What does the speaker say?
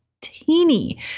teeny